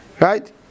right